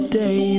day